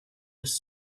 was